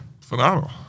phenomenal